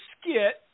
skit